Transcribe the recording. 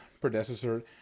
predecessor